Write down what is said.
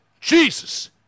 Jesus